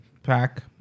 pack